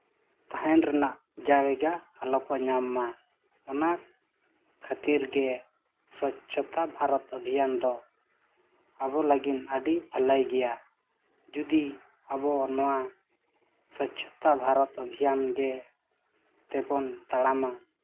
ᱛᱟᱦᱮᱱ ᱨᱮᱱᱟᱜ ᱡᱟᱭᱜᱟ ᱟᱞᱚ ᱠᱚ ᱧᱟᱢ ᱢᱟ ᱚᱱᱟ ᱚᱱᱟ ᱠᱷᱟᱹᱛᱤᱨ ᱜᱮ ᱥᱚᱪᱪᱷᱚᱛᱟ ᱚᱵᱷᱤᱡᱟᱱ ᱫᱚ ᱟᱵᱚ ᱞᱟᱹᱜᱤᱫ ᱟᱹᱰᱤ ᱵᱷᱟᱹᱞᱟᱹᱭ ᱜᱮᱭᱟ ᱡᱩᱫᱤ ᱟᱵᱚ ᱱᱚᱣᱟ ᱥᱚᱪᱪᱷᱚᱛᱟ ᱵᱷᱟᱨᱚᱛ ᱚᱵᱷᱤᱡᱟᱱ ᱜᱮ ᱛᱮᱵᱚᱱ ᱛᱟᱲᱟᱢᱟ